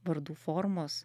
vardų formos